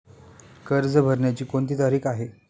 कर्ज भरण्याची कोणती तारीख आहे?